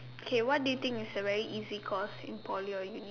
okay what do you think is a very easy course in Poly or uni